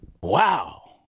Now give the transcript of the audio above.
Wow